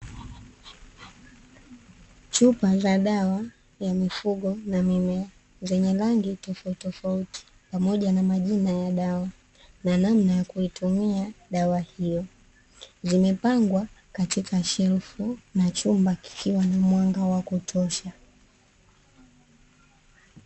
Chupa za dawa ya mifugo na mimea zenye rangi tofautitofauti pamoja na majina ya dawa na namna ya kuitumia dawa hiyo, zimepangwa katika shelfu na chumba kikiwa na mwanga wa kutosha.